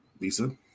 Lisa